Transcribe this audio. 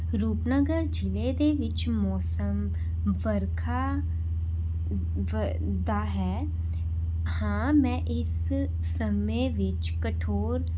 ਰੂਪਨਗਰ ਜ਼ਿਲ੍ਹੇ ਦੇ ਵਿੱਚ ਮੌਸਮ ਵਰਖਾ ਦਾ ਹੈ ਹਾਂ ਮੈਂ ਇਸ ਸਮੇਂ ਵਿੱਚ ਕਠੋਰ